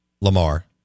Lamar